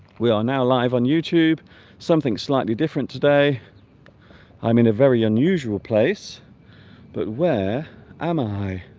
we are now live on youtube something slightly different today i'm in a very unusual place but where am i